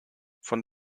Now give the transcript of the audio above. von